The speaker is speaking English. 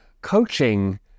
coaching